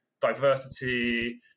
diversity